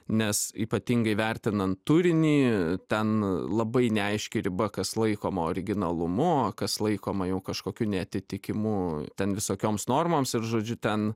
nes ypatingai vertinant turinį ten labai neaiški riba kas laikoma originalumu o kas laikoma jau kažkokiu neatitikimu ten visokioms normoms ir žodžiu ten